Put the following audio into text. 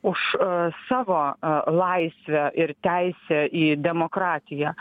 už savo laisvę ir teisę į demokratiją